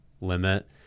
limit